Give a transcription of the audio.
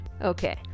Okay